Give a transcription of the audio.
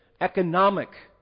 economic